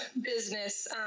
business